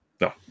No